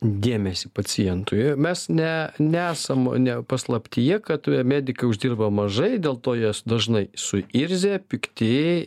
dėmesį pacientui mes ne nesam ne paslaptyje kad medikai uždirba mažai dėl to jie dažnai suirzę pikti